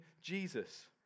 Jesus